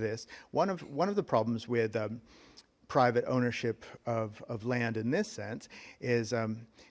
this one of one of the problems we had the private ownership of of land in this sense is